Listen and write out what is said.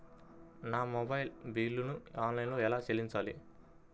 నా మొబైల్ బిల్లును ఆన్లైన్లో ఎలా చెల్లించాలి?